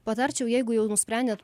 patarčiau jeigu jau nusprendėt